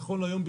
נכון להיום,